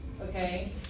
okay